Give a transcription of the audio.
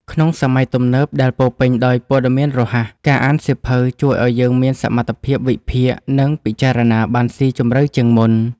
ក្នុងសម័យទំនើបដែលពោរពេញដោយព័ត៌មានរហ័ស ការអានសៀវភៅជួយឱ្យយើងមានសមត្ថភាពវិភាគ និងពិចារណាបានស៊ីជម្រៅជាងមុន។